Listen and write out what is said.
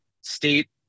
state